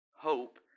Hope